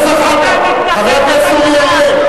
חבר הכנסת זחאלקה, חבר הכנסת זחאלקה.